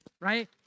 right